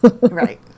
Right